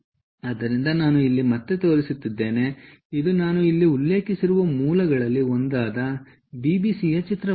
ಆದ್ದರಿಂದ ನಾನು ಇಲ್ಲಿ ಮತ್ತೆ ತೋರಿಸುತ್ತಿದ್ದೇನೆ ಇದು ನಾನು ಇಲ್ಲಿ ಉಲ್ಲೇಖಿಸಿರುವ ಮೂಲಗಳಲ್ಲಿ ಒಂದಾದ ಬಿಬಿಸಿಯ ಚಿತ್ರವಾಗಿದೆ